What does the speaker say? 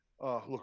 Look